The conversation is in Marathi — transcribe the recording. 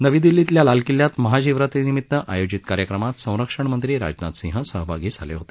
नवी दिल्लीतल्या लाल किल्यात महाशिवरात्री निमित्त आयोजित कार्यक्रमात संरक्षणमंत्री राजनाथ सिंह सहभागी झाले होते